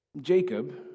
Jacob